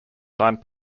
signed